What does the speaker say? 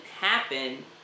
happen